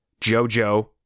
JoJo